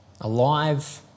Alive